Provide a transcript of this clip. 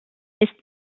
ist